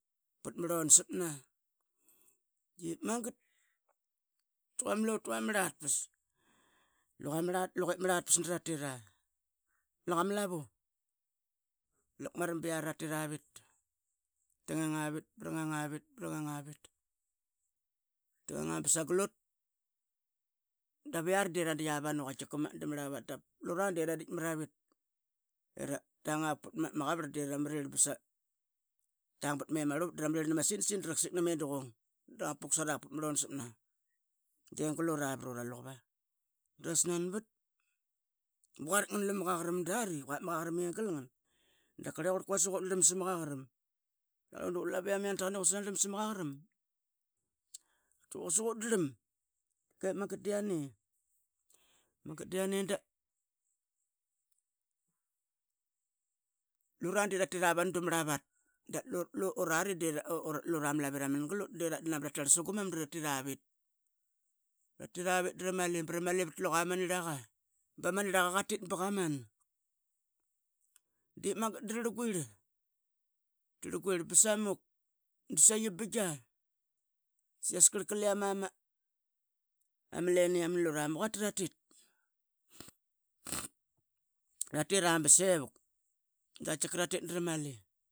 Pat rlonsapna de magat tkique ama lotu ama rlat pas. lugue mrlat pas dra tira luga mla vu laqmara briari ratira vit brangang avit tnganga bsaglute daviari de ra dia vanu dma Rlavat dap lura de ramit mravit branga vat maqavarl dra ma rirl brang bat ma me murlnvatdra mrirl nmasinsin dra quasik nmedquing drang ip puk sava vuk pat ma Rlonspna de glura vrura luquva dra snan bat ba quaritk ngalu ma Qaqaram yiai drasil quasik yian drlam sma Qaqaram tkiquasik ut darlam magat dia ne da lura de ratit avanudama Rlavat. Urari lure rama glute de ramana bra marl suguman dratir vit bra mali badang yiama niragakaman. ip magat dararl vit bra mali badang yiama niraqakaman. ip magat dararl guirl dsai bingia sias qarka liam ma mlen iam. Lura ma quata tatit ia bsevuk dratit dra mali.